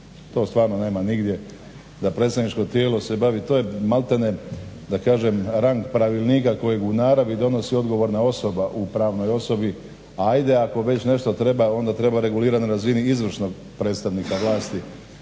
to stvarno nema nigdje da se predstavničko tijelo se bavi, to je malte ne da kažem rang pravilnika kojeg u naravi donosi odgovorna osoba u pravnoj osobi. A ajde ako već nešto treba onda treba regulirati na razini izvršnog predstavnika vlasti,